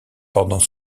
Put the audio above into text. pendant